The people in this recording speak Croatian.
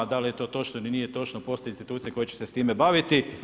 Ali da li je to točno ili nije točno postoje institucije koje će se s time baviti.